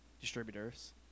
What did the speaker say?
Distributors